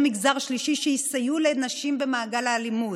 מגזר שלישי שיסייעו לנשים במעגל האלימות.